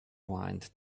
wind